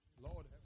Lord